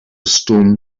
storm